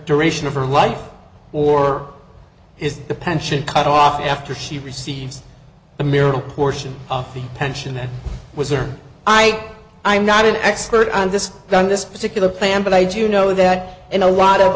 duration of her life or is the pension cut off after she receives a marital portion of the pension that was or i i'm not an expert on this on this particular plan but i do know that in a lot of